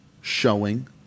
showing